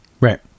right